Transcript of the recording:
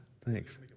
Thanks